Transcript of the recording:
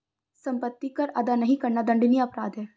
सम्पत्ति कर अदा नहीं करना दण्डनीय अपराध है